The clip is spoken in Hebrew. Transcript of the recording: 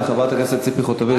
תודה רבה לחברת הכנסת ציפי חוטובלי,